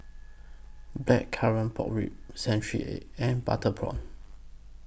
Blackcurrant Pork Ribs Century Egg and Butter Prawn